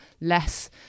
less